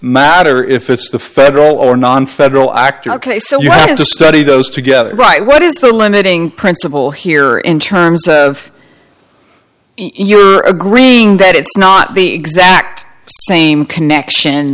matter if it's the federal or non federal actor ok so you have to study those together right what is the limiting principle here in terms of your agreeing that it's not the exact same connection